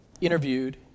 interviewed